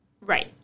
Right